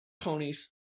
ponies